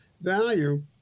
value